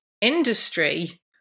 industry